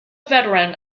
veteran